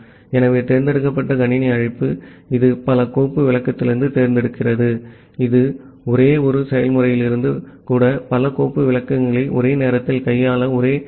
ஆகவே தேர்ந்தெடுக்கப்பட்ட கணினி அழைப்பு இது பல கோப்பு விளக்கத்திலிருந்து தேர்ந்தெடுக்கிறது இது ஒரே ஒரு செயல்முறையிலிருந்து கூட பல கோப்பு விளக்கங்களை ஒரே நேரத்தில் கையாள ஒரே நேரத்தில் ஆகும்